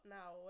now